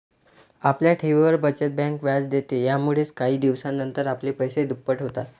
आपल्या ठेवींवर, बचत बँक व्याज देते, यामुळेच काही दिवसानंतर आपले पैसे दुप्पट होतात